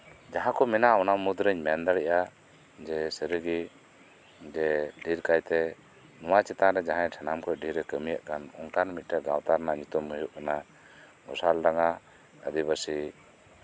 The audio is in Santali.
ᱡᱟᱸᱦᱟ ᱠᱚ ᱢᱮᱱᱟᱜᱼᱟ ᱚᱱᱟ ᱠᱚ ᱢᱩᱫᱨᱤᱧ ᱢᱮᱱ ᱫᱟᱲᱮᱭᱟᱜᱼᱟ ᱥᱟᱹᱨᱤᱜᱮ ᱡᱮ ᱰᱷᱮᱨ ᱠᱟᱭᱛᱮ ᱱᱚᱣᱟ ᱪᱮᱛᱟᱱᱨᱮ ᱡᱟᱸᱦᱟᱭ ᱥᱟᱱᱟᱢ ᱠᱷᱚᱱ ᱰᱷᱮᱨ ᱮ ᱠᱟᱹᱢᱤᱭᱮᱜ ᱠᱟᱱ ᱚᱱᱠᱟᱱ ᱢᱤᱫᱴᱟᱱ ᱜᱟᱶᱛᱟ ᱨᱮᱱᱟᱜ ᱧᱩᱛᱩᱢ ᱫᱚ ᱦᱩᱭᱩᱜ ᱠᱟᱱᱟ ᱜᱷᱳᱥᱟᱞ ᱰᱟᱝᱜᱟ ᱟᱹᱫᱤᱵᱟᱹᱥᱤ